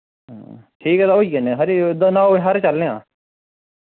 हां ठीक ऐ तां होई औने आं खरी दो नै बजे हारे चलने आं